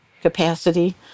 capacity